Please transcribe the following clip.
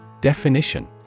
Definition